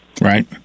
Right